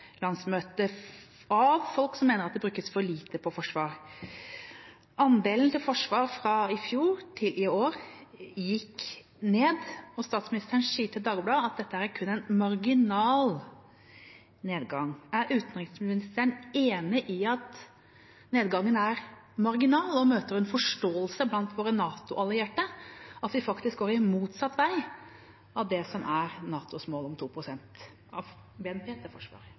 forkant av et Høyre-landsmøte, opprør i Høyre blant folk som mener det brukes for lite på forsvar. Andelen til forsvar gikk ned fra i fjor til i år, og statsministeren sier til Dagbladet at dette er en marginal nedgang. Er utenriksministeren enig i at nedgangen er marginal? Møter hun forståelse blant våre NATO-allierte for at vi faktisk går motsatt vei av det som er NATOs mål om 2 pst. av BNP til forsvar?